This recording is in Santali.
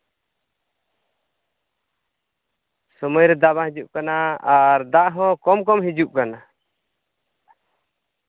ᱥᱚᱢᱚᱭ ᱨᱮ ᱫᱟᱜ ᱵᱟᱝ ᱦᱤᱡᱩᱜ ᱠᱟᱱᱟ ᱟᱨ ᱫᱟᱜ ᱦᱚᱸ ᱠᱚᱢ ᱠᱚᱢ ᱦᱤᱡᱩᱜ ᱠᱟᱱᱟ